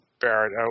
Barrett